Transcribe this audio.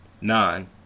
nine